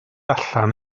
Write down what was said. allan